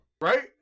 Right